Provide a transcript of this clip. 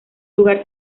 lugar